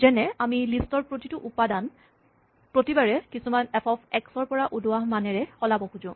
যেনে আমি লিষ্ট ৰ প্ৰতিটো উপাদান প্ৰতিবাৰে কিছুমান এফ অফ এক্স ৰ পৰা ওলোৱা মানেৰে সলাব খোজো